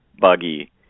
buggy